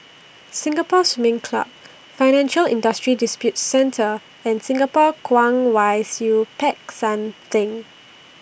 Singapore Swimming Club Financial Industry Disputes Center and Singapore Kwong Wai Siew Peck San Theng